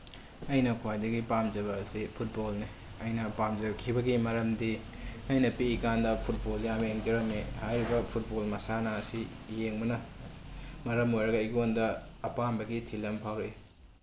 ꯑꯩꯅ ꯈ꯭ꯋꯥꯏꯗꯒꯤ ꯄꯥꯝꯖꯕ ꯑꯁꯤ ꯐꯨꯠꯕꯣꯜꯅꯤ ꯑꯩꯅ ꯄꯥꯝꯖꯈꯤꯕꯒꯤ ꯃꯔꯝꯗꯤ ꯑꯩꯅ ꯄꯤꯛꯏꯀꯥꯟꯗ ꯐꯨꯠꯕꯣꯜꯁꯦ ꯌꯥꯝ ꯌꯦꯡꯖꯔꯝꯃꯤ ꯍꯥꯏꯔꯤꯕ ꯐꯨꯠꯕꯣꯜ ꯃꯁꯥꯟꯅ ꯑꯁꯤ ꯌꯦꯡꯕꯅ ꯃꯔꯝ ꯑꯣꯏꯔꯒ ꯑꯩꯉꯣꯟꯗ ꯑꯄꯥꯝꯕꯒꯤ ꯏꯊꯤꯜ ꯑꯃ ꯐꯥꯎꯔꯛꯏ